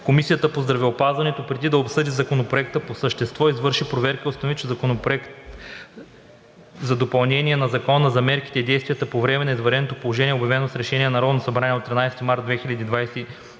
Комисията по здравеопазването, преди да обсъди законопроектите по същество, извърши проверка и установи, че Законопроектът за допълнение на Закона за мерките и действията по време на извънредното положение, обявено с Решение на Народното събрание от 13 март 2020